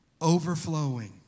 overflowing